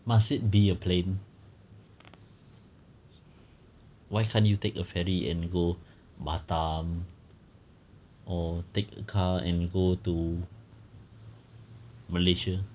must it be a plane why can't you take a ferry and go batam or take a car and go to malaysia